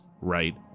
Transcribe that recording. right